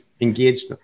engaged